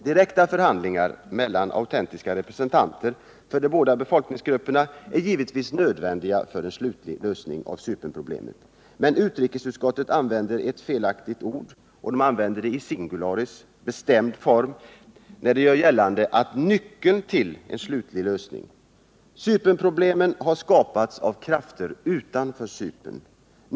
Direkta förhandlingar mellan autentiska representanter för de båda befolkningsgrupperna är givetvis nödvändiga för en slutlig lösning av Cypernproblemet, men utrikesutskottet använder felaktigt ett ord i singularis och bestämd form när det gör gällande att de är ”nyckeln till en slutlig lösning”. Cypernproblemet har skapats av krafter utanför Cypern.